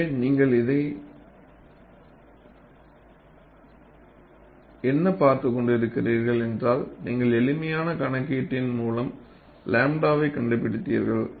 எனவே நீங்கள் என்ன பார்த்துக் கொண்டிருக்கிறீர்கள் என்றால் நீங்கள் எளிமையான கணக்கீட்டின் மூலம் 𝝺வை கண்டுபிடித்தீர்கள்